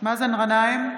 מאזן גנאים,